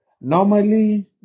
Normally